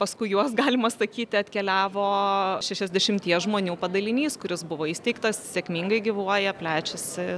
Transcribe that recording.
paskui juos galima sakyti atkeliavo šešiasdešimt žmonių padalinys kuris buvo įsteigtas sėkmingai gyvuoja plečiasi